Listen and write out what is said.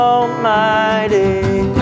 Almighty